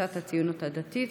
קבוצת סיעת הציונות הדתית,